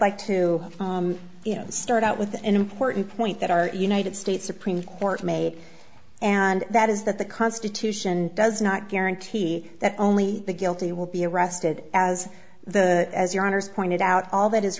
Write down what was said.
to start out with an important point that our united states supreme court made and that is that the constitution does not guarantee that only the guilty will be arrested as the as your honour's pointed out all that is